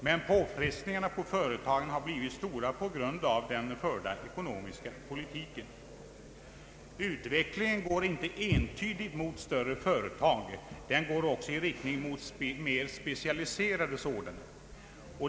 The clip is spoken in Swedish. Men påfrestningarna på företagen har blivit stora på grund av den förda ekonomiska politiken. Utvecklingen går inte entydigt mot större företag. Den går också i riktning mot mer specialiserade företag.